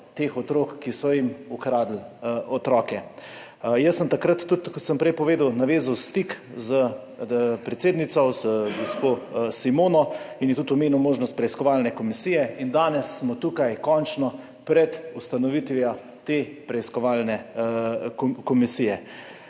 teh otrok, ki so jim ukradli otroke. Kot sem prej povedal, sem takrat tudi navezal stik s predsednico, z gospo Simono, in ji tudi omenil možnost preiskovalne komisije in danes smo tukaj končno pred ustanovitvijo te preiskovalne komisije.